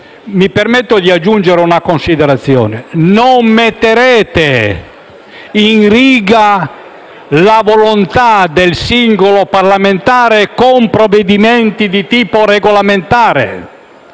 Mi permetto di aggiungere una considerazione: non metterete in riga la volontà del singolo parlamentare con provvedimenti di tipo regolamentare.